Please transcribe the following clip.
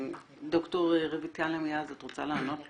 ד"ר רויטל עמיעז, את רוצה לענות לו?